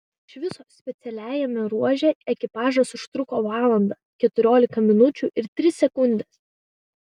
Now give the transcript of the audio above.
iš viso specialiajame ruože ekipažas užtruko valandą keturiolika minučių ir tris sekundes